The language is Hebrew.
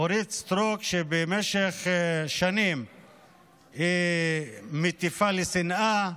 אורית סטרוק, שבמשך שנים מטיפה לשנאה,